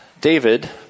David